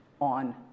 on